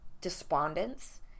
despondence